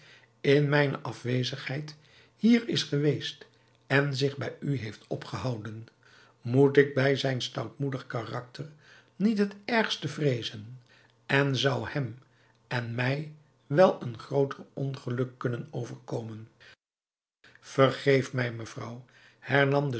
in mijne afwezigheid hier is geweest en zich bij u heeft opgehouden moet ik bij zijn stoutmoedig karakter niet het ergste vreezen en zou hem en mij wel een grooter ongeluk kunnen overkomen vergeef mij mevrouw hernam de